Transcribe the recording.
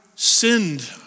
sinned